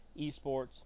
esports